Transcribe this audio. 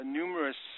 numerous